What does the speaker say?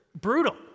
brutal